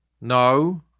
no